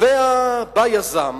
בא יזם